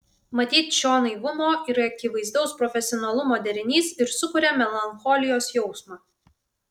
matyt šio naivumo ir akivaizdaus profesionalumo derinys ir sukuria melancholijos jausmą